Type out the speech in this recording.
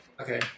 Okay